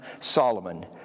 Solomon